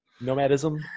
Nomadism